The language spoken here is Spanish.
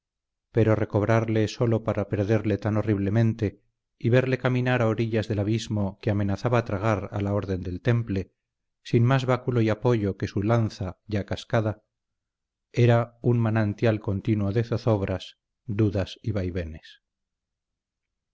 pero recobrarle sólo para perderle tan horriblemente y verle caminar a orillas del abismo que amenazaba tragar a la orden del temple sin más báculo y apoyo que su lanza ya cascada era un manantial continuo de zozobras dudas y vaivenes